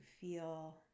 feel